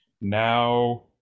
now